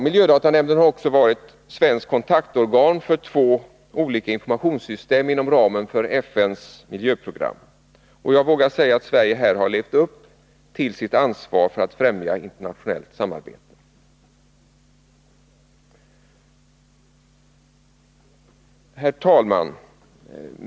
Miljödatanämnden har också varit svenskt kontaktorgan för två olika informationssystem inom ramen för FN:s miljöprogram. Jag vågar säga att Sverige här har levt upp till sitt ansvar att främja internationellt samarbete. Herr talman!